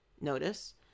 notice